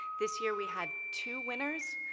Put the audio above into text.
this year we had two winners.